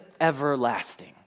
everlasting